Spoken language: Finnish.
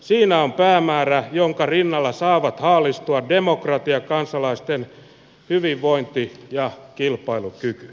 siinä on päämäärä jonka rinnalla saavat haalistua demokratia kansalaisten hyvinvointi ja kilpailukyky